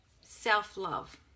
self-love